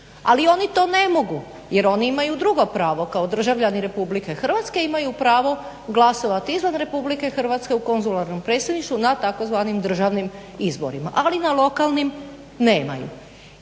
Ali oni to ne mogu jer oni imaju drugo pravo. Kao državljani Republike Hrvatske imaju pravo glasovati izvan Republike Hrvatske u konzularnom predstavništvu na tzv. državnim izborima, ali na lokalnim nemaju.